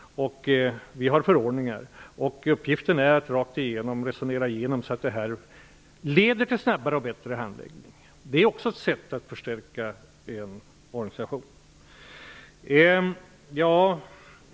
Vi har förordningar. Uppgiften är att resonera igenom frågorna på så sätt att det leder till snabbare och bättre handläggning. Det är också ett sätt att förstärka vår organisation.